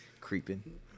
creeping